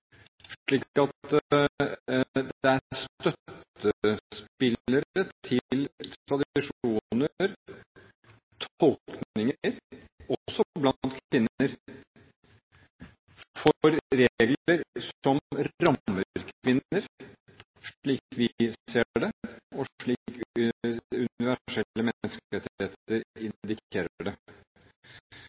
slik at det er støttespillere til tradisjoner, tolkninger, også blant kvinner, for regler som rammer kvinner – slik vi ser det, og slik universelle menneskerettigheter indikerer det. Det